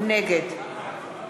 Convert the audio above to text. נגד